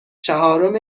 چهارم